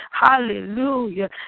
Hallelujah